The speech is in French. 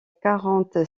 quarante